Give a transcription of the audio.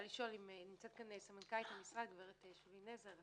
נמצאת כאן סמנכ"לית המשרד הגב' שולי נזר.